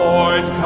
Lord